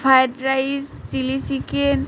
fried rice chili chicken